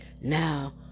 Now